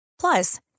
Plus